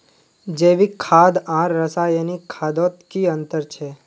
जैविक खाद आर रासायनिक खादोत की अंतर छे?